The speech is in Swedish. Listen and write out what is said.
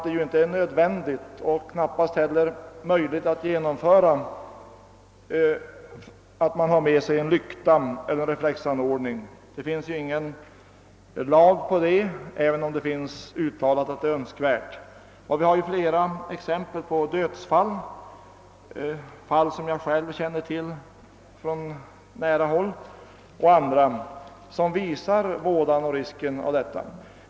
Det är nämligen knappast möjligt att begära att dessa personer skall medföra en lykta eller ha en reflexanordning — det finns ingen lag på att det skall vara på det sättet, även om det har uttalats att det är önskvärt att reflexer finns. Det finns flera exempel på dödsfall som har inträffat under dessa omständigheter — fall som jag själv känner till från nära håll — och som visar vådan och risken av detta.